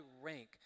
rank